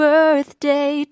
Birthday